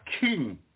king